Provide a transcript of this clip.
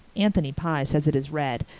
anthony pye says it is red,